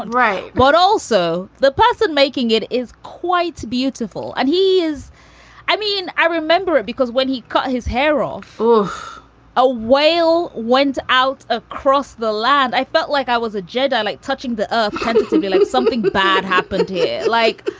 right. but also, the person making it is quite beautiful. and he is i mean, i remember it because when he cut his hair off for a while, went out across the land, i felt like i was a jedi, like touching the ah pensive feeling something bad happened here. like,